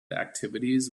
activities